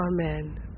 Amen